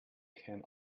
can